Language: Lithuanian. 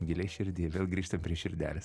giliai širdy vėl grįžtam prie širdelės